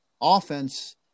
offense